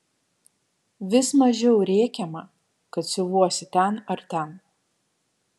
vis mažiau rėkiama kad siuvuosi ten ar ten